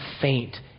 faint